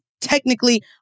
technically